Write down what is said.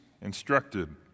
instructed